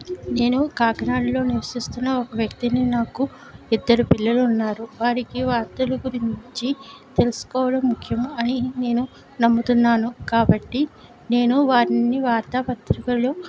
నేను కాకినాడలో నివసిస్తున్న ఒక వ్యక్తిని నాకు ఇద్దరు పిల్లలు ఉన్నారు వారికి వార్తలు గురించి తెలుసుకోవడం ముఖ్యము అని నేను నమ్ముతున్నాను కాబట్టి నేను వారిని వార్తా పత్రికలు